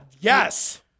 yes